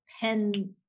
pen